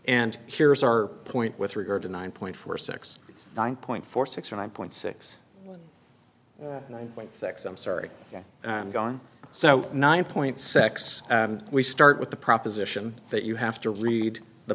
and here is our point with regard to nine point four six nine point four six nine point six nine point six i'm sorry i'm going so nine point six and we start with the proposition that you have to read the